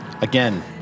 Again